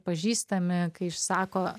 pažįstami kai išsako